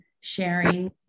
sharing